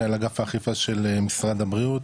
מנהל אגף האכיפה של משרד הבריאות.